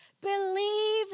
Believe